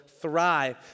thrive